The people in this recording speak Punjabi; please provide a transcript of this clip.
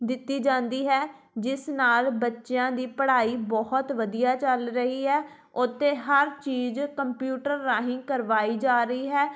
ਦਿੱਤੀ ਜਾਂਦੀ ਹੈ ਜਿਸ ਨਾਲ਼ ਬੱਚਿਆਂ ਦੀ ਪੜ੍ਹਾਈ ਬਹੁਤ ਵਧੀਆ ਚੱਲ ਰਹੀ ਹੈ ਉੱਥੇ ਹਰ ਚੀਜ਼ ਕੰਪਿਊਟਰ ਰਾਹੀਂ ਕਰਵਾਈ ਜਾ ਰਹੀ ਹੈ